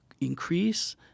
increase